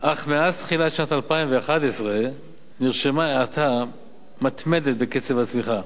אך מאז תחילת שנת 2011 נרשמה האטה מתמדת בקצב הצמיחה.